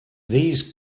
these